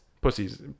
pussies